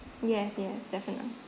yes yes definitely